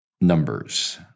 Numbers